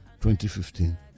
2015